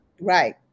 right